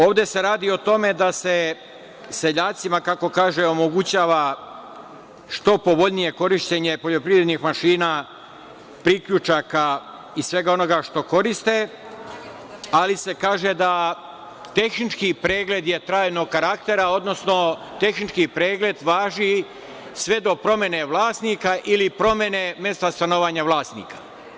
Ovde se radi o tome da se seljacima, kako kaže, omogućava što povoljnije korišćenje poljoprivrednih mašina, priključaka i svega onoga što koriste, ali se kaže da je tehnički pregled trajnog karaktera, odnosno tehnički pregled važi sve do promene vlasnika ili promene mesta stanovanja vlasnika.